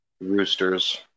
Roosters